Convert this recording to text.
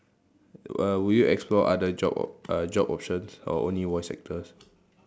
uh would you explore other job o~ uh job options or only voice actors